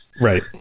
Right